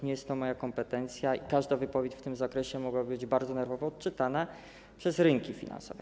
Nie jest to moja kompetencja, a każda wypowiedź w tym zakresie mogłaby być bardzo nerwowo odczytana przez rynki finansowe.